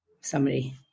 summary